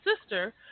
sister